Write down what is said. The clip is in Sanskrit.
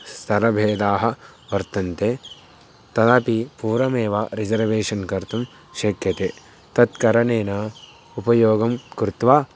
स्तरभेदाः वर्तन्ते तदपि पूर्वमेव रिसर्वेशन् कर्तुं शक्यते तत्करणेन उपयोगं कृत्वा